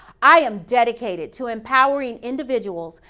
i am dedicated to empowering individuals,